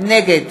נגד